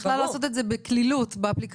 היא יכלה לעשות את זה בקלילות באפליקציה,